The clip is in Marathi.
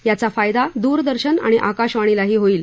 याचा फायदा दूरदर्शन आणि आकाशवाणीला होईल